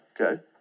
Okay